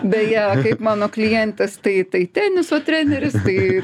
beje kaip mano klientės tai tai teniso treneris tai